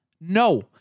No